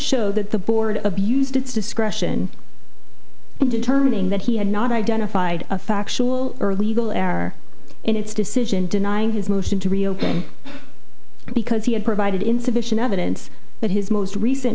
show that the board abused its discretion in determining that he had not identified a factual early legal error in its decision denying his motion to reopen because he had provided insufficient evidence that his most recent